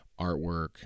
artwork